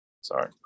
sorry